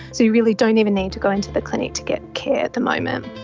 so you really don't even need to go into the clinic to get care at the moment.